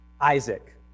Isaac